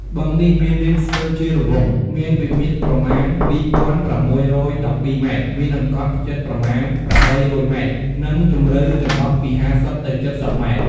បឹងនេះមានរាងស្ទើរជារង្វង់ មានវិមាត្រប្រមាណ ពីរពាន់ប្រាំមួយរយដប់ពីរម៉ែត្រ មានអង្កត់ផ្ចឹតប្រមាណ ប្រាំបីរយម៉ែត្រ និងជម្រៅចន្លោះពីហាសិប ទៅ ចិតសិបម៉ែត្រ។